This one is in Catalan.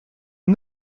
hem